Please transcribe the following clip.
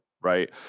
right